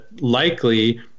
likely